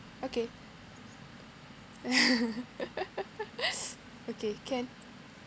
okay okay can